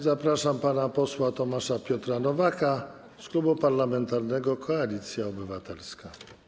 Zapraszam pana posła Tomasza Piotra Nowaka z Klubu Parlamentarnego Koalicja Obywatelska.